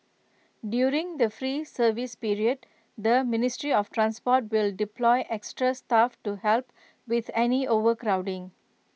during the free service period the ministry of transport will deploy extra staff to help with any overcrowding